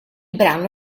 brano